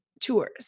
tours